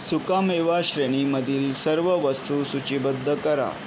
सुकामेवा श्रेणीमधील सर्व वस्तू सूचीबद्ध करा